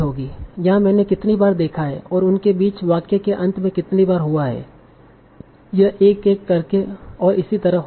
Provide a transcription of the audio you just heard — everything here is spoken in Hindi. यहां मैंने कितनी बार देखा है और उन के बीच वाक्य के अंत में कितनी बार हुआ है यह एक एक करके और इसी तरह होगा